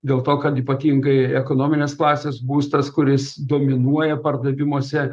dėl to kad ypatingai ekonominės klasės būstas kuris dominuoja pardavimuose